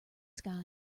sky